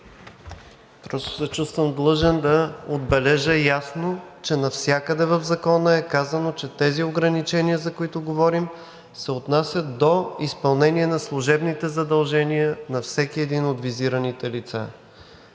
Просто се чувствам длъжен да отбележа ясно, че навсякъде в Закона е казано, че тези ограничения, за които говорим, се отнасят до изпълнение на служебните задължения на всяко едно от визираните лица